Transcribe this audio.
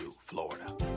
Florida